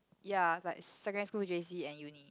ya like secondary school J_C and uni